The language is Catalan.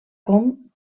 com